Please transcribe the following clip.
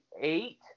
eight